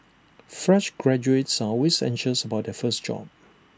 fresh graduates are always anxious about their first job